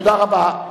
תודה רבה.